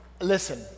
listen